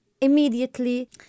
immediately